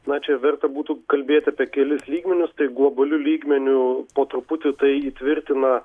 na čia verta būtų kalbėt apie kelis lygmenius tai globaliu lygmeniu po truputį tai įtvirtina